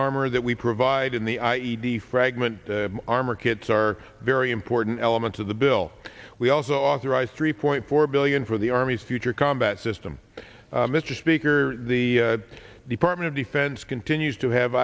armor that we provide in the i e d fragment armor kits are very important elements of the bill we also authorize three point four billion for the army's future combat system mr speaker the department of defense continues to have